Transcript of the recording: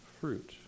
fruit